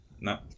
No